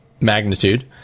magnitude